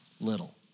little